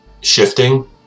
shifting